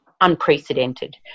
Unprecedented